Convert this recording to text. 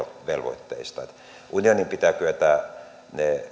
velvoitteista unionin pitää kyetä